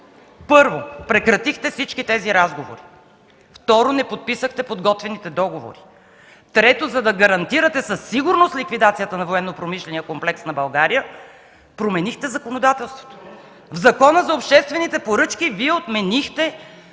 Първо – прекратихте всички тези разговори, второ – не подписахте подготвените договори, трето – за да гарантирате със сигурност ликвидацията на военнопромишления комплекс на България, променихте законодателството. В Закона за обществените поръчки Вие отменихте